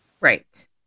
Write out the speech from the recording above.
right